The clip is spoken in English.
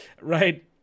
Right